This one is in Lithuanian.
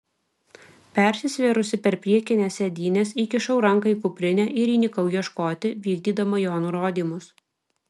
persisvėrusi per priekines sėdynes įkišau ranką į kuprinę ir įnikau ieškoti vykdydama jo nurodymus